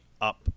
up